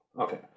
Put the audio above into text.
okay